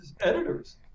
editors